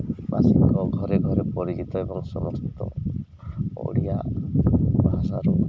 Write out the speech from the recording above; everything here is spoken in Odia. ବାସୀଙ୍କ ଘରେ ଘରେ ପରିଚିତ ଏବଂ ସମସ୍ତ ଓଡ଼ିଆ ଭାଷାରୁ